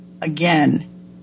again